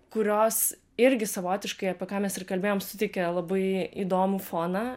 kurios irgi savotiškai apie ką mes ir kalbėjom suteikia labai įdomų foną